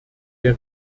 der